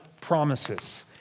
promises